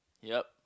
yup